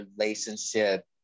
relationship